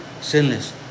sinless